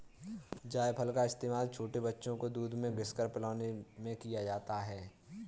जायफल का इस्तेमाल छोटे बच्चों को दूध में घिस कर पिलाने में किया जाता है